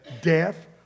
death